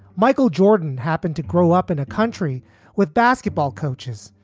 michael jordan happened to grow up in a country with basketball coaches,